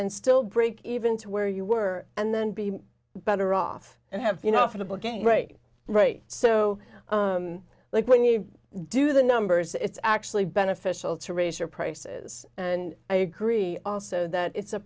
and still break even to where you were and then be better off and have you know for the ball game great right so like when you do the numbers it's actually beneficial to raise your prices and i agree also that it's a